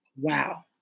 wow